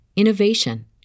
innovation